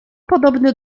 podobny